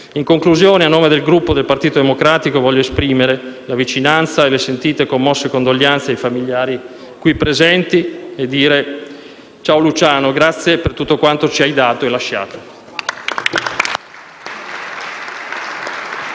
In conclusione, a nome del Gruppo del Partito Democratico, voglio esprimere la vicinanza e le sentite e commosse condoglianze ai familiari qui presenti e dire: ciao Luciano, grazie per tutto quanto ci hai dato e lasciato.